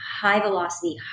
high-velocity